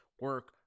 Work